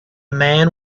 man